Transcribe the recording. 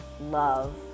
love